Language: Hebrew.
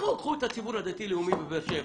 קחו את הציבור הדתי-לאומי בבאר שבע.